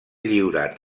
lliurat